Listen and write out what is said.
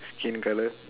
skin colour